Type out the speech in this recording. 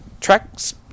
track's